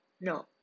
No